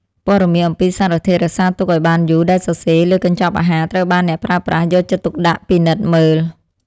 ព័ត៌មានអំពីសារធាតុរក្សាទុកឱ្យបានយូរដែលសរសេរលើកញ្ចប់អាហារត្រូវបានអ្នកប្រើប្រាស់យកចិត្តទុកដាក់ពិនិត្យមើល។